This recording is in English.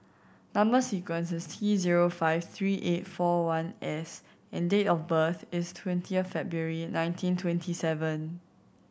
number sequence is T zero five three eight four one S and date of birth is twenty February nineteen twenty seven